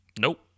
Nope